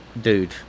dude